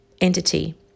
entity